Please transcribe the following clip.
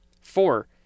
four